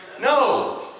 No